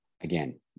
Again